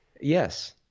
Yes